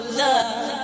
love